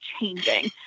changing